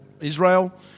Israel